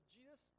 Jesus